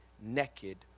naked